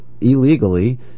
illegally